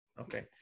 Okay